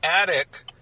attic